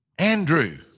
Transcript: Andrew